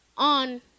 on